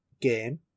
game